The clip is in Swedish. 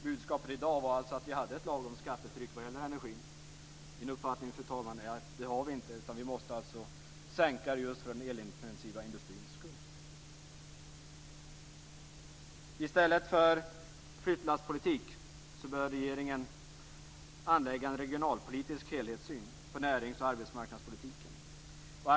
Budskapet i dag var alltså att vi har ett lagom skattetryck vad gäller energin. Min uppfattning är att vi inte har det, fru talman. Vi måste sänka det för den elintensiva industrins skull. I stället för flyttlasspolitik bör regeringen anlägga en regionalpolitisk helhetssyn på närings och arbetsmarknadspolitiken.